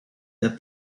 that